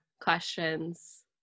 questions